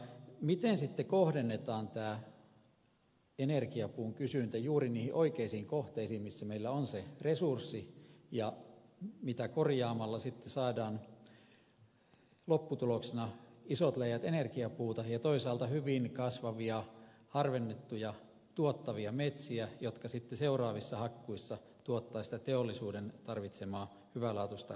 miten sitten kohdennetaan energiapuun kysyntä juuri niihin oikeisiin kohteisiin missä meillä on se resurssi mitä korjaamalla sitten saadaan lopputuloksena isot läjät energiapuuta ja toisaalta hyvin kasvavia harvennettuja tuottavia metsiä jotka sitten seuraavissa hakkuissa tuottavat sitä teollisuuden tarvitsemaa hyvälaatuista raakapuuta